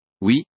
Oui